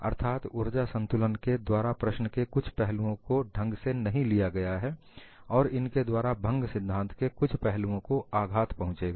अर्थात ऊर्जा संतुलन के द्वारा प्रश्न के कुछ पहलुओं को ढंग से नहीं लिया गया है और इनके द्वारा भंग सिद्धांत के कुछ पहलुओं को आघात पहुंचेगा